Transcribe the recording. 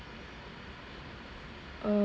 um